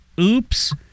Oops